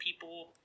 people